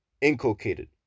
inculcated